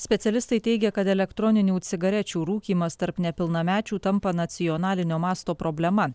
specialistai teigia kad elektroninių cigarečių rūkymas tarp nepilnamečių tampa nacionalinio masto problema